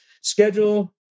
schedule